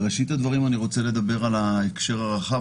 בראשית הדברים אני רוצה לדבר על ההקשר הרחב,